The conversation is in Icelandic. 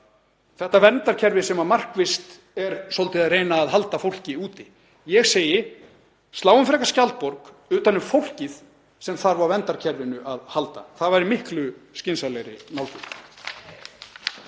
verndarkerfi sem markvisst er svolítið að reyna að halda fólki úti. Ég segi: Sláum frekar skjaldborg utan um fólkið sem þarf á verndarkerfinu að halda. Það væri miklu skynsamlegri nálgun.